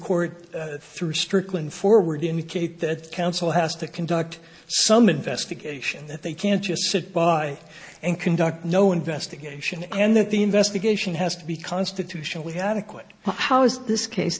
court through strickland forward indicate that the council has to conduct some investigation that they can't just sit by and conduct no investigation and that the investigation has to be constitutionally adequate how is this case